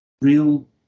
real